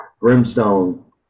Brimstone